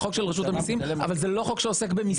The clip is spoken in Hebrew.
חוק של רשות המיסים אבל זה לא חוק שעוסק במיסים.